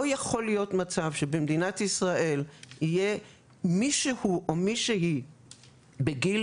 לא יכול להיות מצב שבמדינת ישראל יהיה מישהו או מישהי בגיל